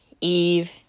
eve